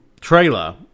trailer